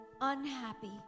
unhappy